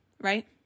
right